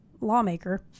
lawmaker